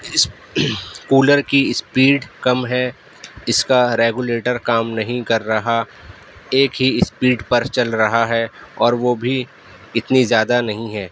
اس cooler کی speed کم ہے اس کا ریگولیٹر کام نہیں کر رہا ایک ہی اسپیڈ پر چل رہا ہے اور وہ بھی اتنی زیادہ نہیں ہے